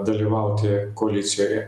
dalyvauti koalicijoje